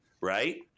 Right